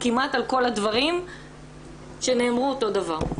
כמעט על כל הדברים שנאמרו אותו דבר.